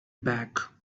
back